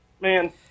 man